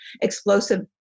explosive